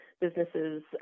businesses